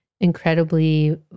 incredibly